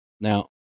Now